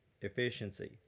efficiency